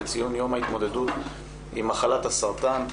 לציון יום ההתמודדות עם מחלת הסרטן,